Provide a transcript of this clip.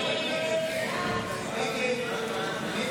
ההצעה להעביר לוועדה את הצעת חוק הסיוע הניתן